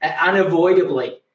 unavoidably